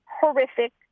horrific